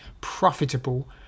profitable